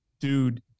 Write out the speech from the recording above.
dude